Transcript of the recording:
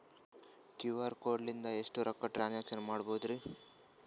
QR code ಲಿಂದ ಎಷ್ಟ ರೊಕ್ಕ ಟ್ರಾನ್ಸ್ಯಾಕ್ಷನ ಮಾಡ್ಬೋದ್ರಿ?